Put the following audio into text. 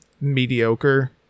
mediocre